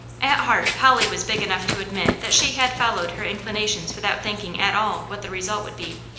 at heart polly was big enough to admit that she had followed her inclinations without thinking at all what the result would be.